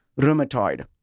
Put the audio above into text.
rheumatoid